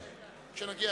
התקבלו.